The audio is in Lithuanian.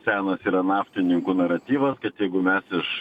senas yra naftininkų naratyvas kad jeigu mes iš